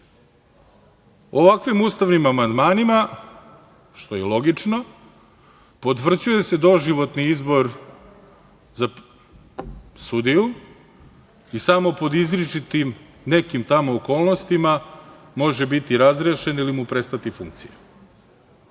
Ovakvim ustavnim amandmanima, što je i logično, potvrđuje se doživotni izbor za sudiju i samo pod izričitim nekim tamo okolnostima može biti razrešen ili mu prestati funkcija.